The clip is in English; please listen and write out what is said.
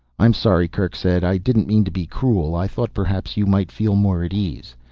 i'm sorry, kerk said. i didn't mean to be cruel. i thought perhaps you might feel more at ease.